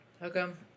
Welcome